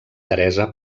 teresa